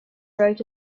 wrote